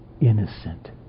innocent